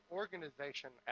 organization